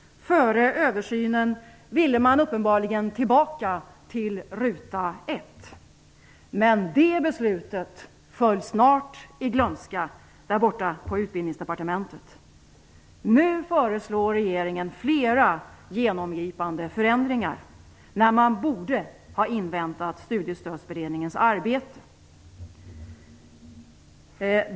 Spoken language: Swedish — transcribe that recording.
Före översynen ville man uppenbarligen tillbaka till ruta ett. Men det beslutet föll snart i glömska borta på Utbildningsdepartementet. Nu föreslår regeringen flera genomgripande förändringar, när man borde ha inväntat Studiestödsutredningens arbete.